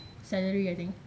salary I think